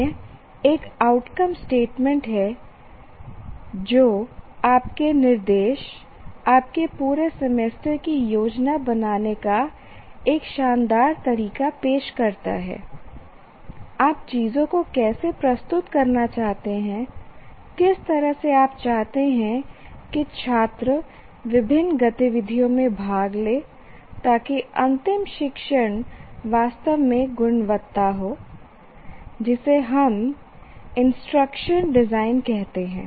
अन्य एक outcome statement है जो आपके निर्देश आपके पूरे सेमेस्टर की योजना बनाने का एक शानदार तरीका पेश करता है आप चीजों को कैसे प्रस्तुत करना चाहते हैं किस तरह से आप चाहते हैं कि छात्र विभिन्न गतिविधियों में भाग लें ताकि अंतिम शिक्षण वास्तव में गुणवत्ता हो जिसे हम इंस्ट्रक्शन डिजाइन कहते हैं